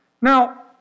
Now